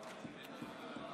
אתה יכול לעזור לי